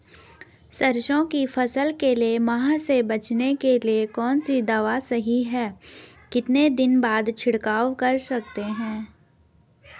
सरसों की फसल के लिए माह से बचने के लिए कौन सी दवा सही है कितने दिन बाद छिड़काव कर सकते हैं?